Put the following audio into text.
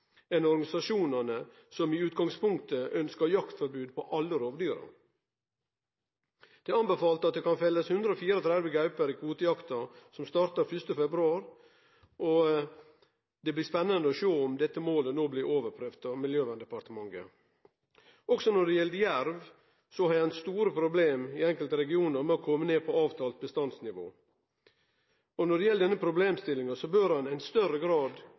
organisasjonane, som i utgangspunktet ønskjer jaktforbod på alle rovdyr. Det er anbefalt at det kan fellast 134 gauper i kvotejakta, som startar 1. februar – og det blir spennande å sjå om dette målet no blir overprøvt av Miljøverndepartementet. Også når det gjeld jerv, har ein store problem i enkelte regionar med å kome ned på avtalt bestandsnivå. Når det gjeld denne problemstillinga, bør ein i større grad